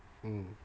mm